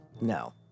no